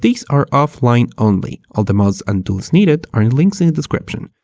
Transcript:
these are offline only. all the mods and tools needed are in links in the description.